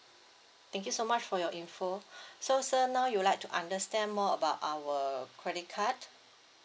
thank you so much for your info so sir now you'd like to understand more about our credit card